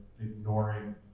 ignoring